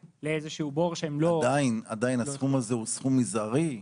לאיזשהו בור שהם לא --- עדיין הסכום הזה הוא סכום מזערי.